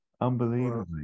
unbelievably